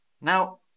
Now